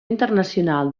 internacional